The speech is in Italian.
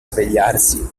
svegliarsi